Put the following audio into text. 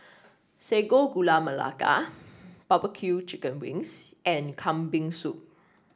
Sago Gula Melaka barbecue Chicken Wings and Kambing Soup